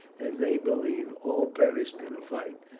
as they believed, all perished in the fight.